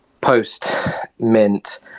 post-Mint